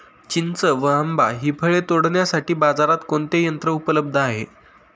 चिंच व आंबा हि फळे तोडण्यासाठी बाजारात कोणते यंत्र उपलब्ध आहे?